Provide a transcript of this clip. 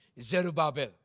Zerubbabel